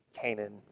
Canaan